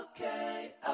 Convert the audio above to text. Okay